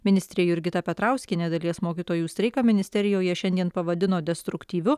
ministrė jurgita petrauskienė dalies mokytojų streiką ministerijoje šiandien pavadino destruktyviu